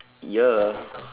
ya